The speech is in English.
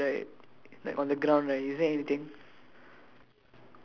below that bird right like on the ground right is there anything